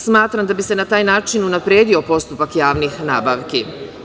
Smatram da bi se na taj način unapredio postupak javnih nabavki.